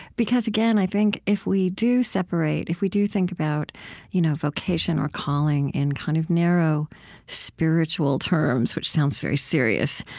because again, i think if we do separate if we do think about you know vocation or calling in kind of narrow spiritual terms, which sounds very serious,